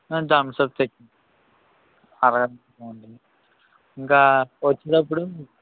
ఆ Thums Up తే ఇంకా వచ్చినప్పుడు